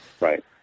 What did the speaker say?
Right